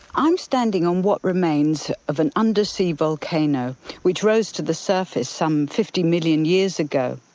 um standing on what remains of an undersea volcano which rose to the surface some fifty million years ago.